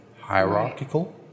Hierarchical